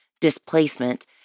displacement